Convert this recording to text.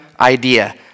idea